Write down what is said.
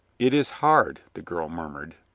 it is hard, the girl murmured.